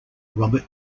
robert